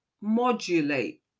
modulate